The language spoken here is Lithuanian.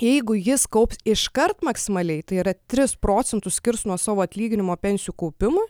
jeigu jis kaups iškart maksimaliai tai yra tris procentus skirs nuo savo atlyginimo pensijų kaupimui